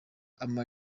ama